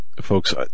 folks